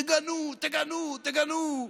תגנו, תגנו, תגנו.